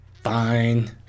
fine